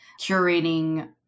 curating